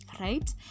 right